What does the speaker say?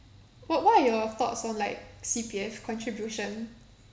what what are your thoughts on like C_P_F contribution